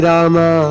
Rama